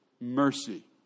Mercy